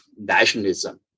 Nationalism